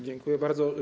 Dziękuję bardzo.